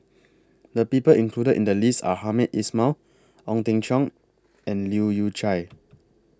The People included in The list Are Hamed Ismail Ong Teng Cheong and Leu Yew Chye